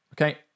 Okay